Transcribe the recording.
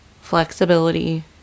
flexibility